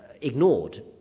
ignored